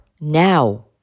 now